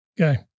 Okay